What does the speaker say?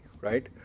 right